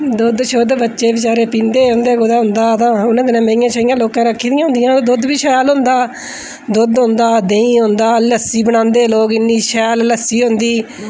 दुद्ध शुद्ध बच्चें गी बेचारे पींदे हे उंदे कोल कुदै हंदा हा ते उ'नें दिनें मेहियां शेहियां लोकें रक्खी दियां होंदियां हियां दुद्ध बी शैल होंदा हा दुद्ध होंदा हा देहीं होंदा लस्सी बनांदे हे लोक इन्नी शैल लस्सी होंदी ही